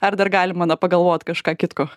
ar dar galima na pagalvot kažką kitko